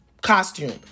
costume